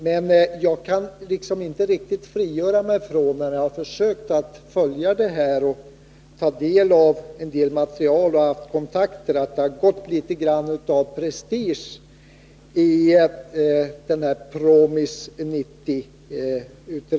När jag försökt följa ärendet och ta del av material och kontakter har jag dock inte riktigt kunna frigöra mig från uppfattningen att det gått litet av prestige i utredningen PROMIS 90.